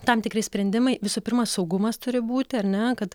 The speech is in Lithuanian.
tam tikri sprendimai visų pirma saugumas turi būti ar ne kad